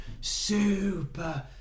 super